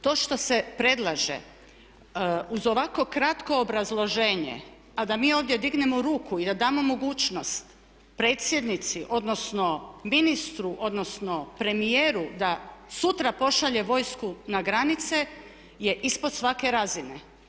To što se predlaže uz ovako kratko obrazloženje, a da mi ovdje dignemo ruku i da damo mogućnost predsjednici, odnosno ministru, odnosno premijeru da sutra pošalje vojsku na granice je ispod svake razine.